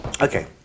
okay